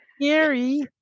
gary